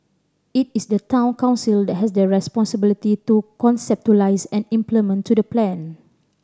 it is the Town Council that has the responsibility to conceptualise and implement the plan